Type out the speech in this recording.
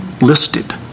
listed